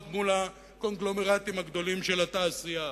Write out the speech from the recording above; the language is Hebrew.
מול הקונגלומרטים הגדולים של התעשייה,